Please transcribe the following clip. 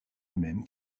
même